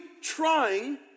Trying